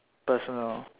personal